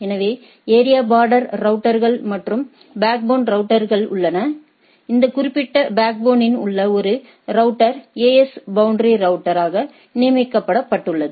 எனவே area border ரௌட்டர்கள் மற்றும் பேக்போன் ரௌட்டர்கள் உள்ளன இந்த குறிப்பிட்ட பேக்போனில் உள்ள ஒரு ரவுட்டர் AS பௌண்டரி ரவுட்டர் ஆக நியமிக்கப் பட்டுள்ளது